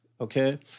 okay